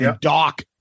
Doc